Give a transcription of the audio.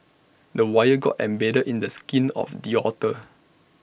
the wire got embedded in the skin of the otter